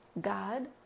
God